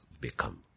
become